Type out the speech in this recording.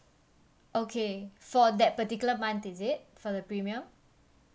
okay for that particular month is it for the premium